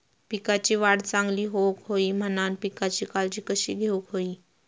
पिकाची वाढ चांगली होऊक होई म्हणान पिकाची काळजी कशी घेऊक होई?